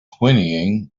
whinnying